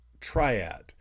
triad